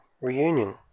reunion